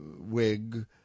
wig